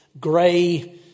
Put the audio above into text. gray